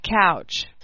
couch